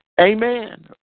Amen